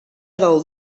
del